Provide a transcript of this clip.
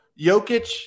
Jokic